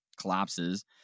collapses